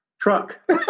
Truck